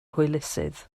hwylusydd